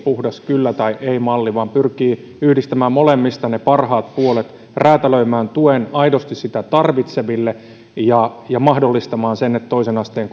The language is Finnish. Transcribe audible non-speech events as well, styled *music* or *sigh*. puhdas kyllä tai ei malli vaan pyrkii yhdistämään molemmista ne parhaat puolet räätälöimään tuen aidosti sitä tarvitseville ja ja mahdollistamaan sen että kaikki kävisivät toisen asteen *unintelligible*